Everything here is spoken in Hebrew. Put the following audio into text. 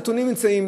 הנתונים נמצאים.